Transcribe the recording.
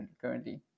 currently